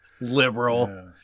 Liberal